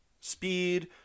speed